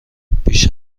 بیش